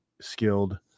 skilled